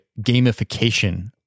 gamification